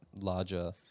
larger